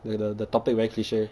like the the topic very cliche